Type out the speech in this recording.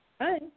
Hi